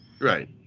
right